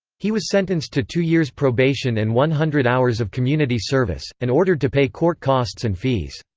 he was sentenced to two years' probation and one hundred hours of community service, and ordered to pay court costs and fees.